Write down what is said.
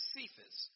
Cephas